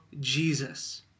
Jesus